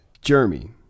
Jeremy